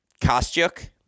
Kostyuk